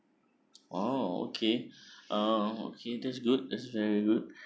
oh okay uh okay that's good that's very good